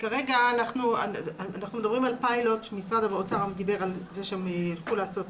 כרגע אנחנו מדברים על פיילוט שמשרד האוצר דיבר על זה שהם ילכו לעשות